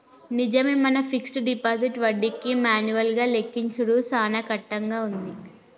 నిజమే మన fixed deposit వడ్డీకి మాన్యువల్ గా లెక్కించుడు సాన కట్టంగా ఉంది